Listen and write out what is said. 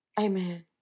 Amen